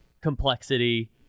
Complexity